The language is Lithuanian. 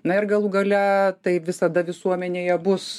na ir galų gale tai visada visuomenėje bus